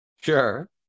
Sure